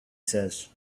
says